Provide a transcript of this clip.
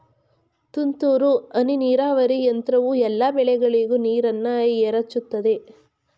ತುಂತುರು ಹನಿ ನೀರಾವರಿ ಯಂತ್ರವು ಎಲ್ಲಾ ಬೆಳೆಗಳಿಗೂ ನೀರನ್ನ ಎರಚುತದೆ